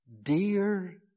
dear